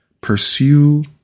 Pursue